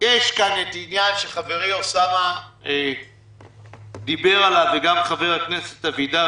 כאן את העניין שחברי אוסאמה דיבר עליו וגם חבר הכנסת אבידר,